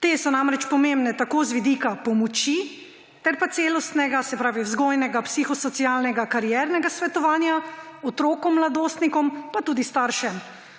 Te so namreč pomembne z vidika pomoči ter celostnega, se pravi vzgojnega, psihosocialnega, kariernega, svetovanja otrokom, mladostnikom pa tudi staršem.